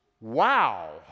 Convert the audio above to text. wow